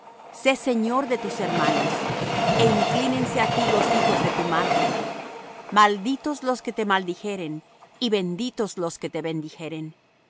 sé señor de tus hermanos e inclínense á ti los hijos de tu madre malditos los que te maldijeren y benditos los que te bendijeren